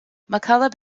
mccullough